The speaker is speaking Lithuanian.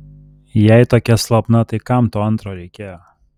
jei tokia slabna tai kam to antro reikėjo